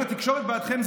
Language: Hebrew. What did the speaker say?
התקשורת בעדכם,